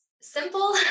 simple